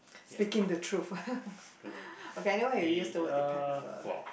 speaking the truth okay anyway we use the word dependable lah